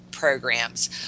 programs